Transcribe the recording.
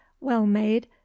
well-made